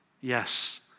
Yes